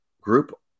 group